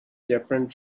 different